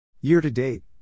Year-to-date